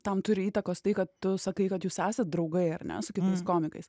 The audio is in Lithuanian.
tam turi įtakos tai kad tu sakai kad jūs esat draugai ar ne su kitais komikais